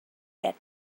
set